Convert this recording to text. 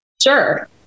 Sure